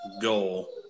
goal